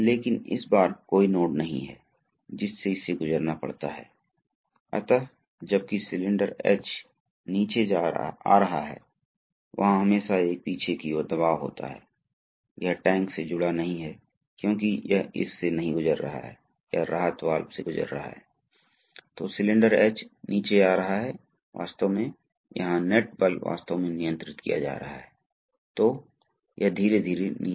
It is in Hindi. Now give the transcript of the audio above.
तो मान लीजिए हमने इसे सील कर दिया है तो फिर ऐसा क्या होता है जैसे जैसे यह दबाव बढ़ता है यह दबाव भी बढ़ता रहेगा और वे एक दूसरे को संतुलित करेंगे एक निश्चित समय पर यहाँ दबाव बहुत अधिक हो जाएगा इस नीडल वाल्व के विरोध करने के लिए